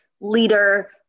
leader